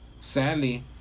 Sadly